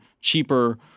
cheaper